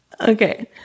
Okay